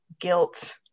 guilt